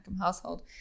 household